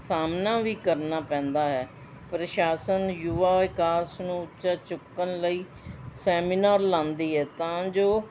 ਸਾਹਮਣਾ ਵੀ ਕਰਨਾ ਪੈਂਦਾ ਹੈ ਪ੍ਰਸ਼ਾਸਨ ਯੁਵਾ ਵਿਕਾਸ ਨੂੰ ਉੱਚਾ ਚੁੱਕਣ ਲਈ ਸੈਮੀਨਾਰ ਲਾਉਂਦੀ ਹੈ ਤਾਂ ਜੋ